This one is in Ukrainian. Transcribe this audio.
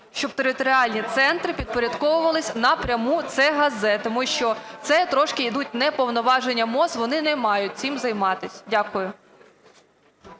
щоб територіальні центри підпорядкувалися напряму ЦГЗ, тому що це трошки йдуть не повноваження МОЗ, вони не мають цим займатися. Дякую.